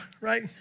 right